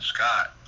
Scott